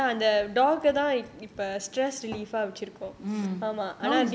mm